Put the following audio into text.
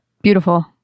Beautiful